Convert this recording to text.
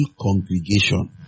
congregation